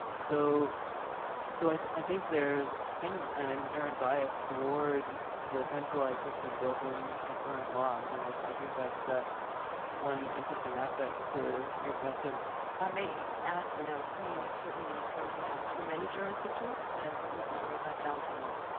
so so i i think there's kind of an inherent bias toward the centralised system built in to current law um and i think that's ah one interesting aspect to your question. nina i may add you know, we certainly currently have too many jurisdictions but i wouldn't narrow that down to one.